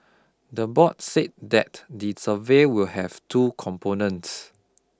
the board said that the survey will have two components